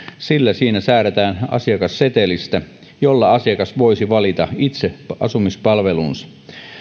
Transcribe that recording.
sillä siinä säädetään asiakassetelistä jolla asiakas voisi valita itse asumispalvelunsa